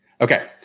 Okay